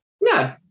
No